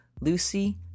Lucy